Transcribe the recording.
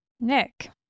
Nick